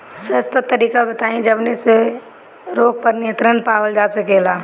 सस्ता तरीका बताई जवने से रोग पर नियंत्रण पावल जा सकेला?